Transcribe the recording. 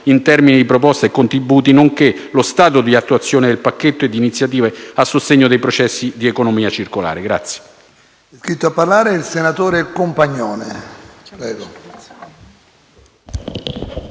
in termini di proposte e contributi, nonché lo stato di attuazione del pacchetto di iniziative a sostegno dei processi di economia circolare.